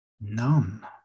None